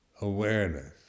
awareness